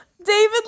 david